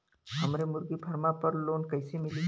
हमरे मुर्गी फार्म पर लोन कइसे मिली?